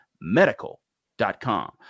medical.com